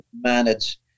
manage